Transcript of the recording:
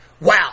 wow